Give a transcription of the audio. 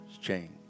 change